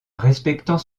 respectant